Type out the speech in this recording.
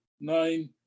nine